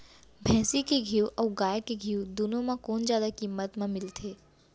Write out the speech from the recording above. भैंसी के घीव अऊ गाय के घीव दूनो म कोन जादा किम्मत म मिलथे?